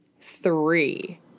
three